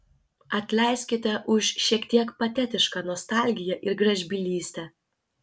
atleiskite už šiek tiek patetišką nostalgiją ir gražbylystę